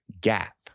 gap